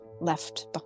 left